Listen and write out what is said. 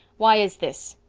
why is this?